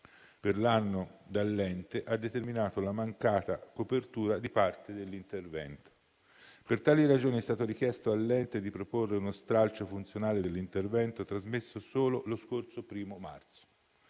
per l'anno dall'ente ha determinato la mancata copertura di parte dell'intervento. Per tali ragioni è stato richiesto all'ente di proporre uno stralcio funzionale dell'intervento trasmesso solo lo scorso 1° marzo.